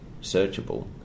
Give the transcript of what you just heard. searchable